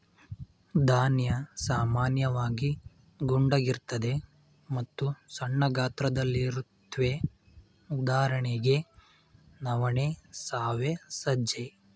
ಧಾನ್ಯ ಸಾಮಾನ್ಯವಾಗಿ ಗುಂಡಗಿರ್ತದೆ ಮತ್ತು ಸಣ್ಣ ಗಾತ್ರದಲ್ಲಿರುತ್ವೆ ಉದಾಹರಣೆಗೆ ನವಣೆ ಸಾಮೆ ಸಜ್ಜೆ